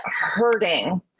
hurting